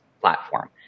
platform